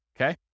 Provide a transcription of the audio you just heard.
Okay